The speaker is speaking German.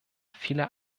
viele